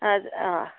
ಅದು ಹಾಂ